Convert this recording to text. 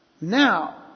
Now